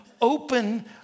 open